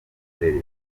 mbere